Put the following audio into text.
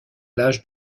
l’âge